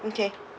okay